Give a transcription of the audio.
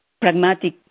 pragmatic